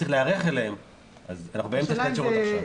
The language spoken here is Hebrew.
צריך להיערך אליהם ואנחנו באמצע שנת שירות עכשיו.